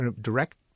direct